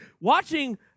watching